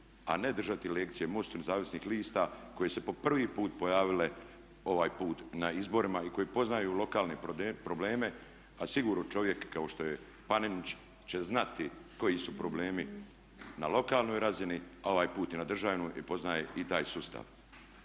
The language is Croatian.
a ne držati lekcije MOST-u nezavisnih lista koje se po prvi put pojavile ovaj put na izborima i koji poznaju lokalne probleme a sigurno čovjek kao što je Paninić će znati koji su problemi na lokalnoj razini, a ovaj put i na državnoj razini i poznaje i taj sustav.